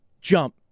jump